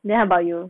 then how about you